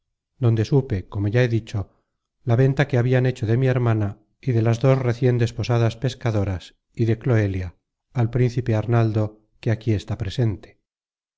donde supe como ya he dicho la venta que habian hecho de mi hermana y de las dos recien desposadas pescadoras y de cloelia al príncipe arnaldo que aquí está presente